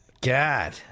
God